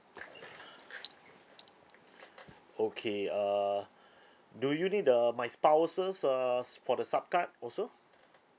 okay uh do you need err my spouse's err s~ for the sub card also